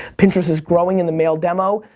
pinterest is growing in the male demo,